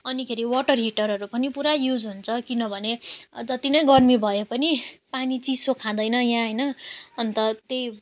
अनिखेरि वाटर हिटरहरू पनि पुरा युज हुन्छ किनभने जति नै गर्मी भए पनि पानी चिसो खाँदैन यहाँ होइन अन्त त्यही